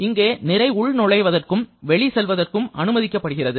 இங்கே நிறை உள் நுழைவதற்கும் வெளி செல்வதற்கும் அனுமதிக்கப்படுகிறது